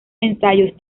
ensayos